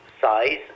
size